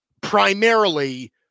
primarily